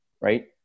right